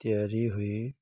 ତିଆରି ହୋଇ